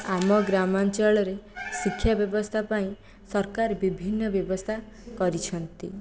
ଆମ ଗ୍ରାମାଞ୍ଚଳରେ ଶିକ୍ଷା ବ୍ୟବସ୍ଥା ପାଇଁ ସରକାର ବିଭିନ୍ନ ବ୍ୟବସ୍ଥା କରିଛନ୍ତି